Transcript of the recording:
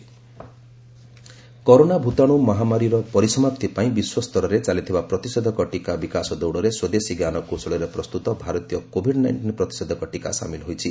Covid nineteen vaccine corona ଭୂତାଣୁ ମହାମାରୀର ପରିସମାପ୍ତି ପାଇଁ ବିଶ୍ୱସ୍ତରରେ ଚାଲିଥିବା ପ୍ରତିଷେଧକ ଟୀକା ବିକାଶ ଦୌଡରେ ସ୍ୱଦେଶୀ ଜ୍ଞାନକୌଶଳରେ ପ୍ରସ୍ତୁତ ଭାରତୀୟ କୋଭିଡ୍ ନାଇଷ୍ଟିନ୍ ପ୍ରତିଷେଧକ ଟୀକା ସାମିଲ ହୋଇଛି